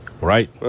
Right